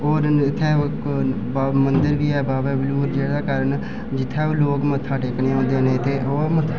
ते होर इत्थें इक्क मंदिर बी ऐ बाबा बलूज दे कारण ते जित्थें ओह् लोग मत्था टेकने गी औंदे न ते ओह्